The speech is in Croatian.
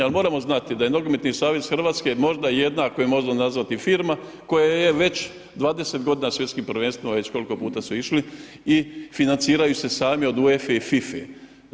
Ali moramo znati da je Nogometni savez Hrvatske možda jedna, ako je možemo nazvati firma koja je već 20 godina svjetskim prvenstvima, već koliko puta su išli i financiraju se sami od UEFA-e i FIFA-e.